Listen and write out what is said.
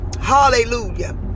Hallelujah